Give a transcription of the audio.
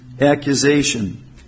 accusation